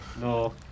No